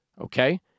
okay